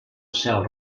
cel